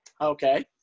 Okay